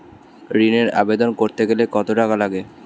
ঋণের আবেদন করতে গেলে কত টাকা লাগে?